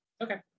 okay